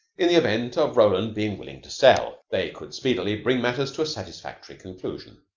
in the event of roland being willing to sell, they could speedily bring matters to a satisfactory conclusion.